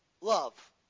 love